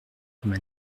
comme